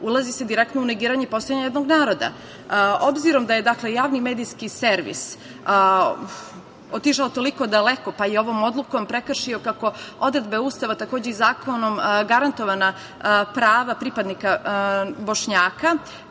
ulazi se direktno u negiranje postojanja jednog naroda.S obzirom da je Javni medijski servis otišao toliko daleko, pa je ovom odlukom prekršio kako odredbe Ustava, takođe i zakonom garantovana prava pripadnika Bošnjaka,